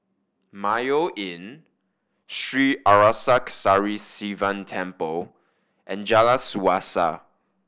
Mayo Inn Sri Arasakesari Sivan Temple and Jalan Suasa